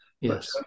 Yes